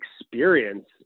experience